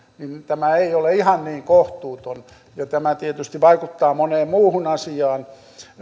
niin tämä ei ole ihan niin kohtuuton ja tämä tietysti vaikuttaa moneen muuhun asiaan